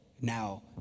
now